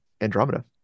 Andromeda